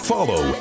Follow